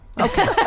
Okay